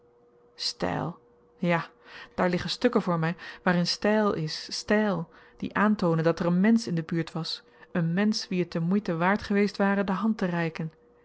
styl ja daar liggen stukken voor my waarin styl is styl die aantoonde dat er een mensch in de buurt was een mensch wien het de moeite waard geweest ware de hand te reiken